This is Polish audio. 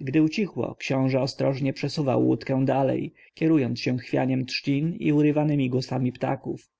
gdy ucichło książę ostrożnie przesuwał łódkę dalej kierując się chwianiem trzcin i urywanemi głosami ptaków